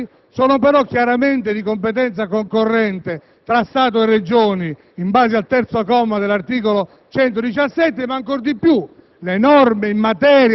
per le norme regionali ma sono chiaramente di competenza concorrente tra Stato e Regioni in base al terzo comma dell'articolo 117 della